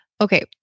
Okay